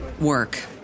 work